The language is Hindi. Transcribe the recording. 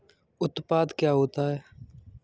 उत्पाद क्या होता है?